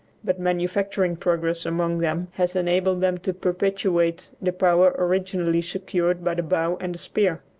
but manufacturing progress among them has enabled them to perpetuate the power originally secured by the bow and the spear.